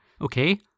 Okay